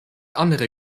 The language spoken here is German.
andere